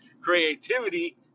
Creativity